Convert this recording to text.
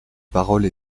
parole